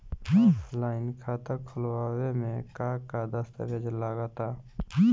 Offline खाता खुलावे म का का दस्तावेज लगा ता?